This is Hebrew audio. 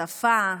שפה,